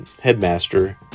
headmaster